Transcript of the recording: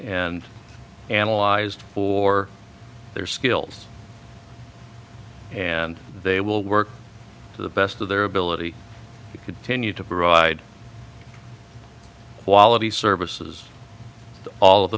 and analyzed for their skills and they will work to the best of their ability to continue to provide quality services all of